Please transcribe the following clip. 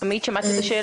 לפני שמסדירים את כל